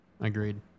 agreed